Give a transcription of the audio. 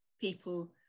people